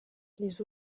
les